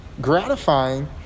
gratifying